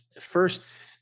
first